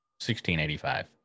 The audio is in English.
1685